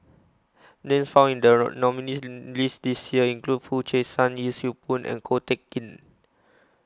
Names found in The nominees' list This Year include Foo Chee San Yee Siew Pun and Ko Teck Kin